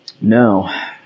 no